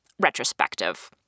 retrospective